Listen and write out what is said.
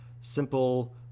simple